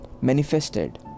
manifested